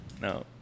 No